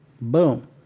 Boom